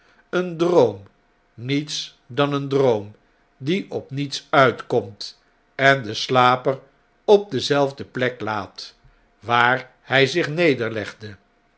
een droom niets dan een droom die op niets uitkomt en den slaper op dezelfde plek laat waar hij zich nederlegde